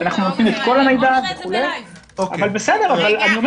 אנחנו נותנים את כל המידע ------ אני אומר